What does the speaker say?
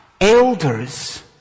elders